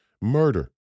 murder